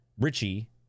Richie